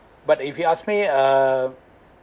but if you ask me err